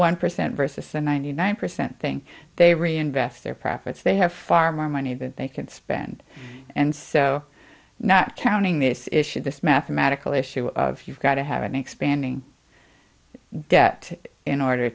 one percent versus the ninety nine percent thing they reinvest their profits they have far more money than they can spend and so not counting this issue this mathematical issue you've got to have an expanding debt in order